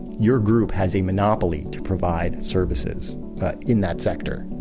your group has a monopoly to provide services in that sector.